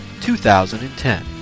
2010